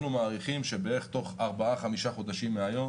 אנחנו מעריכים שבערך עוד 4 חודשים מהיום